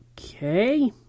Okay